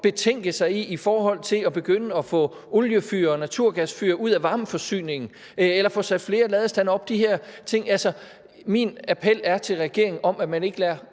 betænke sig på i forhold til at begynde at få oliefyr og naturgasfyr ud af varmeforsyningen eller at få sat flere ladestandere op? Altså, min appel til regeringen er, at vi ikke lader